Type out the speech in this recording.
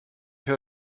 höre